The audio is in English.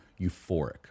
euphoric